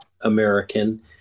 American